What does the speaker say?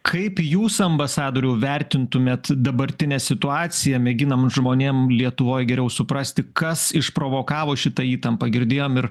kaip jūs ambasadoriau vertintumėt dabartinę situaciją mėginam žmonėm lietuvoj geriau suprasti kas išprovokavo šitą įtampą girdėjom ir